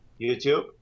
youtube